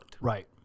Right